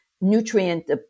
nutrient